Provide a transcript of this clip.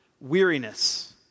weariness